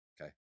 okay